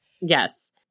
Yes